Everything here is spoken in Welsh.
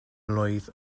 mlwydd